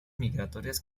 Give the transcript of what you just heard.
migratorias